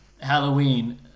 Halloween